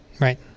Right